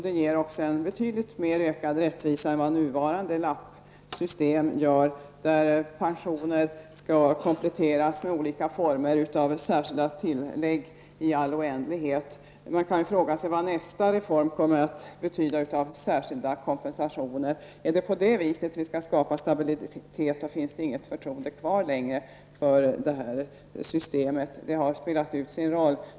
Det ger också en betydligt större rättvisa än vad nuvarande lappsystem ger, där pensioner skall kompletteras med olika former av särskilda tillägg i all oändlighet. Man kan ju fråga sig vad nästa reform kommer att betyda i särskilda kompensationer. Är det på det viset vi skall skapa stabilitet, så finns det inget förtroende kvar längre för det här systemet. Det har spelat ut sin roll.